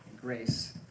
grace